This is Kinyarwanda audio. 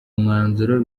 mwanzuro